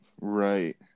Right